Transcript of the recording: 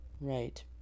right